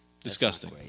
Disgusting